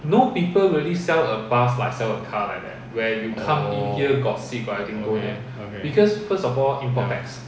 orh okay okay ya